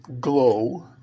glow